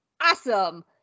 awesome